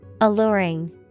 Alluring